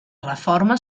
reforma